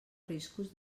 riscos